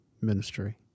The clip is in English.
ministry